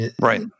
Right